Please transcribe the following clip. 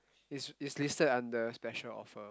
is is listed under special offer